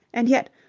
and yet,